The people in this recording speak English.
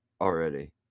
already